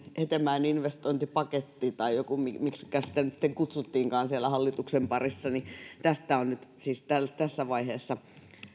hetemäen investointipaketista tai miksikä sitä nyt sitten kutsuttiinkaan siellä hallituksen parissa on nyt siis tässä vaiheessa